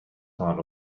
part